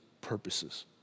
purposes